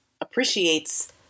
appreciates